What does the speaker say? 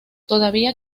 todavía